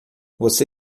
você